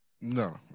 no